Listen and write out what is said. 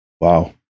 wow